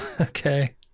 Okay